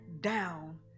down